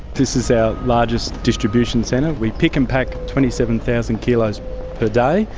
this is our largest distribution centre, we pick and pack twenty seven thousand kilos per day.